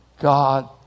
God